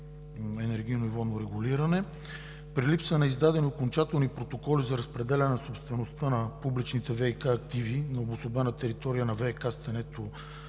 енергийно и водно регулиране: „При липса на издадени окончателни протоколи за разпределяне на собствеността на публичните ВиК активи на обособена територия на ВиК „Стенето“